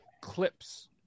clips